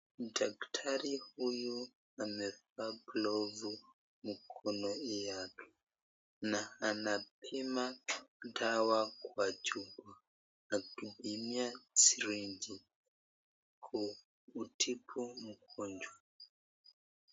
Daktari huyu amevaa glovu mikononi yake na anapima dawa kwa chupa na kupimia sirinji kutibu mgonjwa.